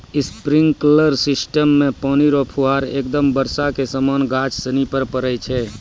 sprinkler system मे पानी रो फुहारा एकदम बर्षा के समान गाछ सनि पर पड़ै छै